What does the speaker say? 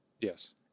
Yes